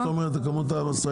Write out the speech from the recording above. מה זאת אומרת כמות המשאיות?